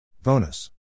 Bonus